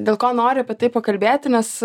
dėl ko noriu apie tai pakalbėti nes